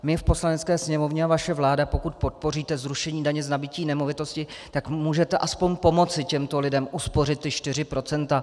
My v Poslanecké sněmovně, a vaše vláda, pokud podpoříte zrušení daně z nabytí nemovitosti, tak můžete aspoň pomoci těmto lidem uspořit ta 4 %.